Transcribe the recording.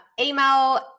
email